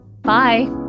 Bye